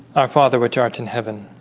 our father which art in heaven